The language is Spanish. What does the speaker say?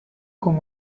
con